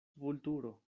vulturo